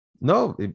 no